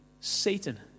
Satan